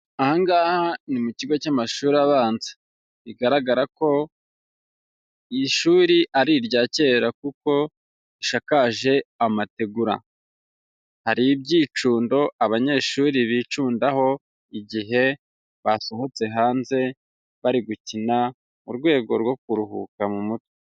Aha ngaha ni mu kigo cy'amashuri abanza, bigaragara ko iri shuri ari irya kera kuko rishakaje amategura, hari ibyicundo abanyeshuri bicundaho igihe basohotse hanze, bari gukina mu rwego rwo kuruhuka mu mutwe.